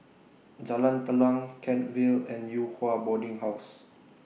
Jalan Telang Kent Vale and Yew Hua Boarding House